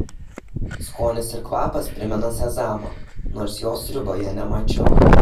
skonis ir kvapas primena sezamą nors jo sriuboje nemačiau